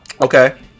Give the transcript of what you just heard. Okay